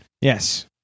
Yes